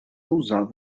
usava